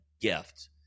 gift